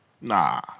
Nah